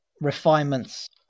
refinements